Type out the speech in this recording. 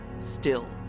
still.